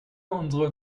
unserer